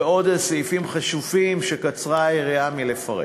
ועוד סעיפים חשובים שקצרה היריעה מלפרט.